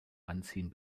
anziehen